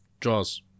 Jaws